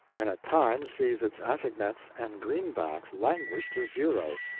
and at times sees its assignats and greenbacks languish to zero,